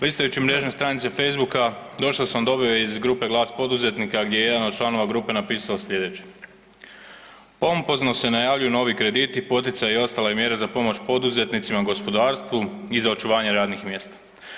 Listajući mrežne stranice Facebooka došao sam do objave iz grupe „Glas poduzetnika“ gdje je jedan od članova grupe napisao slijedeće: „Pompozno se najavljuju novi krediti, poticaji i ostale mjere za pomoć poduzetnicima, gospodarstvu i za očuvanje radnih mjesta.